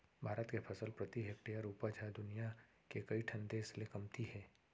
भारत के फसल प्रति हेक्टेयर उपज ह दुनियां के कइ ठन देस ले कमती हे